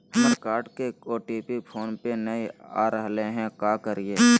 हमर कार्ड के OTP phone पे नई आ रहलई हई, का करयई?